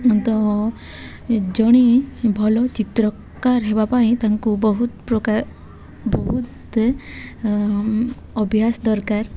ତ ଜଣେ ଭଲ ଚିତ୍ରକାର ହେବା ପାଇଁ ତାଙ୍କୁ ବହୁତ ପ୍ରକାର ବହୁତ ଅଭ୍ୟାସ ଦରକାର